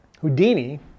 Houdini